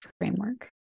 framework